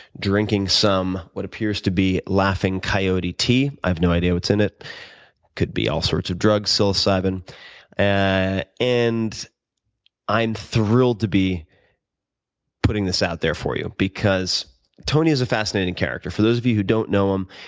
drinking some, what appears to be laughing coyote tea. i have no idea what's in it. it could be all sorts of drugs. so um and i'm thrilled to be putting this out there for you because tony is a fascinating character. for those of you who don't know him,